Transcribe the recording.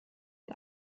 den